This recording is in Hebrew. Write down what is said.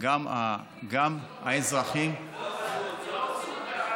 גם האזרחים, זה לא פסול.